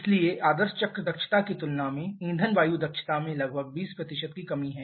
इसलिए आदर्श चक्र दक्षता की तुलना में ईंधन वायु दक्षता में लगभग 20 की कमी है